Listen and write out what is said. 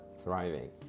thriving